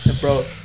Bro